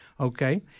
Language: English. Okay